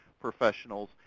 professionals